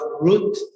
root